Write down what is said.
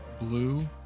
blue